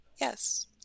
Yes